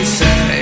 say